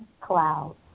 clouds